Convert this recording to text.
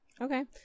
Okay